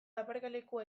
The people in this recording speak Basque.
aparkalekua